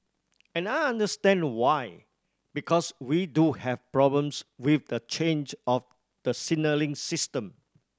and I understand why because we do have problems with the change of the signalling system